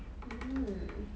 mmhmm